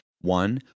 One